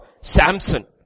Samson